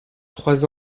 trois